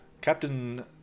Captain